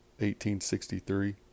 1863